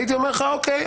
הייתי אומר לך: אוקיי.